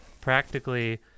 practically